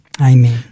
Amen